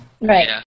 right